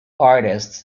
artists